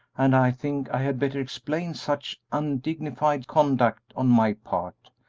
and i think i had better explain such undignified conduct on my part.